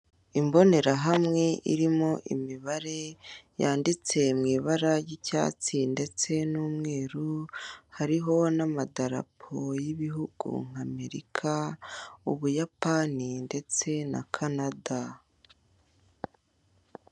Imbonerahamwe irimo imbibare yanditse mu ibara ry'icyatsi ndetse n'umweru, hariho n'amadarapo y'ibihugu nk'America, Ubuyapani ndetse na Canada.